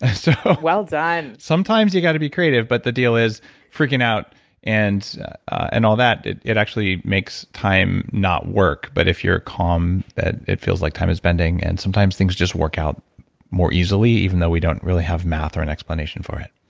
so well done. sometimes you got to be creative, but the deal is freaking out and and all that, it it actually makes time not work. but if you're a calm, it feels like time has bending, and sometimes things just work out more easily even though we don't really have math or an explanation for it